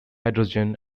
hydrogen